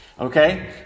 Okay